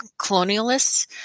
colonialists